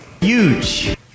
Huge